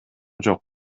жок